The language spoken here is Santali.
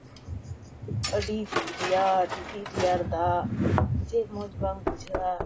ᱟᱹᱰᱤ ᱨᱮᱭᱟᱲ ᱨᱤᱛᱤᱡ ᱨᱮᱭᱟᱲ ᱫᱟᱜ ᱪᱮᱫ ᱢᱚᱡᱽ ᱵᱟᱝ ᱵᱩᱡᱷᱟᱹᱜᱼᱟ